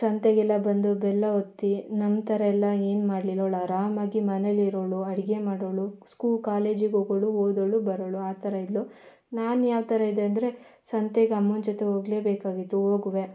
ಸಂತೆಗೆಲ್ಲ ಬಂದು ಬೆಲ್ಲ ಒತ್ತಿ ನಮ್ಮ ಥರ ಎಲ್ಲ ಏನು ಮಾಡ್ಲಿಲ್ಲವ್ಳು ಆರಾಮಾಗಿ ಮನೆಯಲ್ಲಿರೋಳು ಅಡುಗೆ ಮಾಡೋಳು ಸ್ಕೂ ಕಾಲೇಜಿಗೆ ಹೋಗೋಳು ಹೋದೋಳು ಬರೋಳು ಆ ಥರ ಇದ್ದಳು ನಾನು ಯಾವ ಥರ ಇದೆ ಅಂದರೆ ಸಂತೆಗೆ ಅಮ್ಮನ ಜೊತೆ ಹೋಗಲೇ ಬೇಕಾಗಿತ್ತು ಹೋಗುವೆ